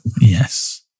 Yes